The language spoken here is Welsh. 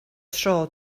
tro